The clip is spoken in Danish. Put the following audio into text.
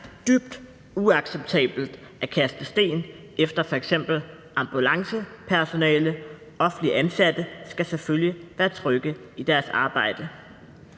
dybt uacceptabelt at kaste sten efter f.eks. ambulancepersonale – offentligt ansatte skal selvfølgelig være trygge i deres arbejde.